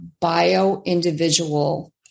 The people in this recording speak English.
bio-individual